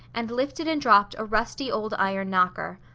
and lifted and dropped a rusty old iron knocker.